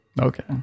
okay